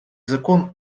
закон